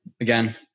Again